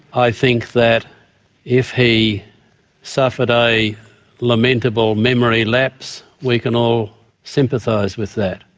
i think that if he suffered a lamentable memory lapse we can all sympathise with that.